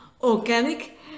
organic